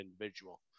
individual